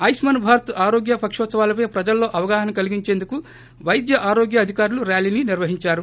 ఆయుష్మాన్ భారత్ ఆరోగ్య పకోత్సవాల పై ప్రజల్లో అవగాహన కలిగించేందుకు పైద్య ఆరోగ్య అధికారులు ర్యాలీని నిర్వహించారు